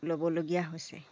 ল'বলগীয়া হৈছে